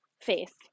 face